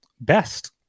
best